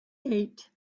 eight